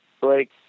Blake